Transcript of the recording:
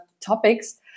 topics